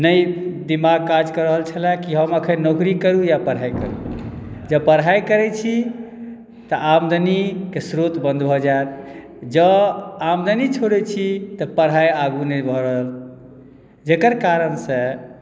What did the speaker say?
नहि दिमाग काज कऽ रहल छलए कि हम अखन नौकरी करु कि पढ़ाई करु जँ पढ़ाई करै छी तऽ आमदनीके श्रोत बन्द भऽ जायत जँ आमदनी छोड़ै छी तऽ पढ़ाई आगू नहि बढ़त जेकर कारण से